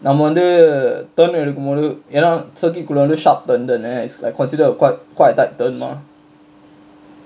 நம்ம வந்து:namma vanthu turn இருக்கு மோது ஏனா:irukku mothu yaenaa circuit குள்ள வந்து:kulla vanthu sharp turn தான:thaana is like considered quite quite a tight turn mah